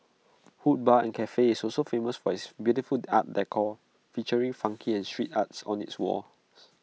hood bar and Cafe is also famous for its beautiful art decor featuring funky and street arts on its walls